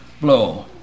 blow